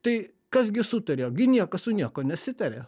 tai kas gi sutarė gi niekas su niekuo nesitarė